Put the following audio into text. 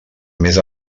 més